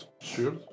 Sure